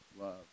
love